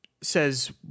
says